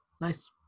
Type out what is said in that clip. Nice